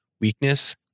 weakness